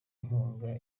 inkunga